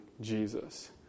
Jesus